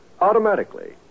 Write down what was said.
Automatically